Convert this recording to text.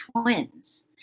twins